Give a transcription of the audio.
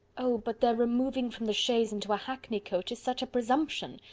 oh! but their removing from the chaise into a hackney coach is such a presumption!